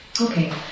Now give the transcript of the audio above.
Okay